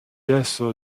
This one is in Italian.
esso